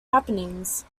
happenings